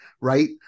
right